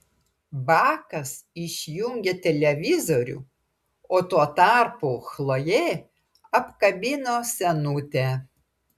bakas išjungė televizorių o tuo tarpu chlojė apkabino senutę